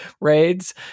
raids